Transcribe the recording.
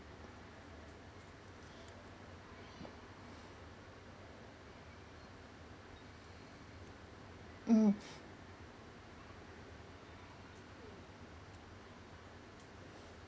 mm